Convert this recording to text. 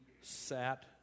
sat